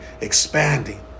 expanding